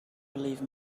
believe